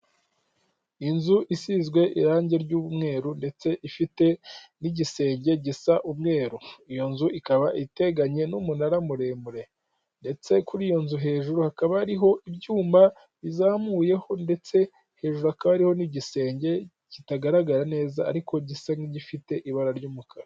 Inzu isizwe irangi ry'umweru ndetse ifite n'igisenge gisa umweru, iyo nzu ikaba iteganye n'umunara muremure, ndetse kuri iyo nzu hejuru hakaba ari ibyuma bizamuyeho ndetse hejuru akabariho n'igisenge kitagaragara neza ariko gisa nk'igifite ibara ry'umukara.